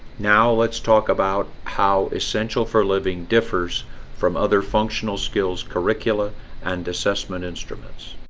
now let's talk about how essential for living differs from other functional skills curricula and assessment instruments